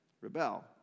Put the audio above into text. rebel